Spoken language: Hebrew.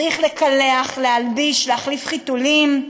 צריך לקלח, להלביש, להחליף חיתולים,